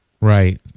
Right